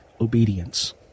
obedience